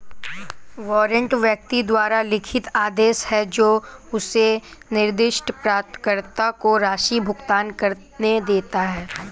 warrant व्यक्ति द्वारा लिखित आदेश है जो उसे निर्दिष्ट प्राप्तकर्ता को राशि भुगतान करने देता है